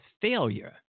failure